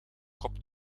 kop